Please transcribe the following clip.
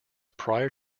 prior